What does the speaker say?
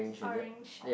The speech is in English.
orange